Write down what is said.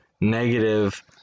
negative